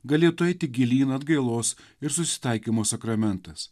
galėtų eiti gilyn atgailos ir susitaikymo sakramentas